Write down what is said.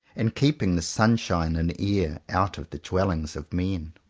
and keeping the sunshine and air out of the dwellings of men.